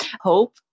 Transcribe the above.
hope